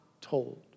told